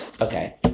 Okay